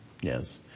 Yes